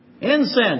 Incense